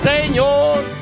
Señor